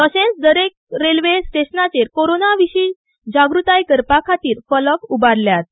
तशेंच दरेक रेल्वे स्टेशनाचेर कोरोना विशीं जागूती करपा खातीर फलक उभारल्यात